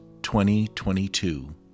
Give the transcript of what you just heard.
2022